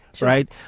right